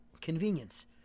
Convenience